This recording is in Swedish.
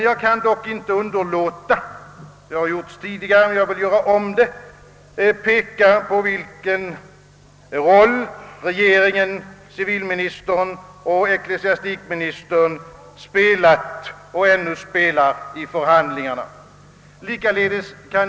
Jag kan dock inte underlåta — det har gjorts tidigare, men jag vill göra om det — att peka på vilken roll civilministern och ecklesiastikministern spelat och ännu spelar i förhandlingarna.